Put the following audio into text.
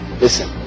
listen